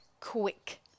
quick